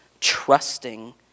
trusting